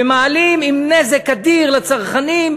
ומעלים עם נזק אדיר לצרכנים,